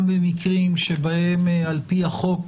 גם במקרים שבהם על פי החוק,